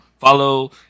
follow